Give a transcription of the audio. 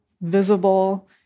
visible